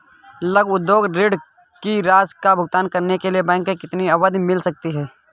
लघु उद्योग ऋण की राशि का भुगतान करने के लिए बैंक से कितनी अवधि मिल सकती है?